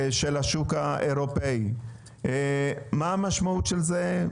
של השוק האירופאי מה המשמעות של זה?